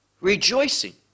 rejoicing